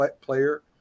player